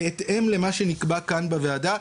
בהתאם למה שנקבע כאן בוועדה,